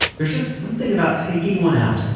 there's just something about taking one out,